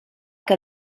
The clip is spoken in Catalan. que